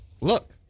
Look